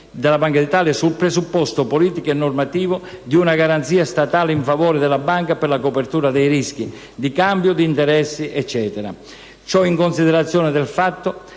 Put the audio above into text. dalla Banca d'Italia sul presupposto (politico e normativo) di una garanzia statale in favore della Banca per la copertura dei rischi connessi (di cambio, d'interesse, eccetera), e ciò in considerazione del fatto